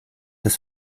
des